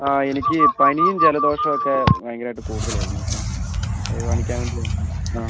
അ എനിക്ക് പനിയും ജലദോഷൊക്കെ ഭയങ്കരമായിട്ട് കൂടുതലായിരുന്നു അപ്പം അത് കാണിക്കാൻ വേണ്ടിയായിരുന്നു അ